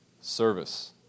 Service